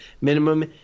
minimum